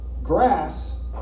Grass